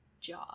job